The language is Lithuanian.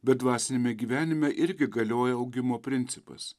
bet dvasiniame gyvenime irgi galioja augimo principas